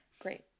Great